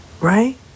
Right